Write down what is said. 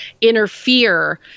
interfere